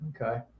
Okay